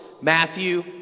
Matthew